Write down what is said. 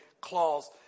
clause